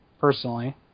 personally